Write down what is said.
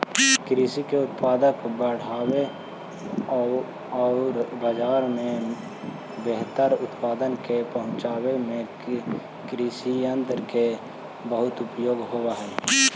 कृषि के उत्पादक बढ़ावे औउर बाजार में बेहतर उत्पाद के पहुँचावे में कृषियन्त्र के बहुत उपयोग होवऽ हई